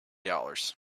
dollars